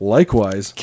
Likewise